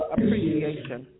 Appreciation